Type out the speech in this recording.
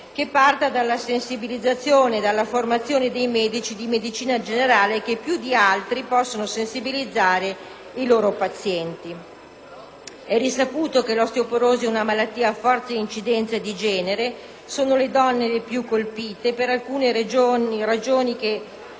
che parta anche dalla formazione dei medici di medicina generale, che più di altri possono sensibilizzare i loro pazienti. È risaputo che l'osteoporosi è una malattia a forte incidenza di genere. Sono le donne le più colpite, per alcune ragioni che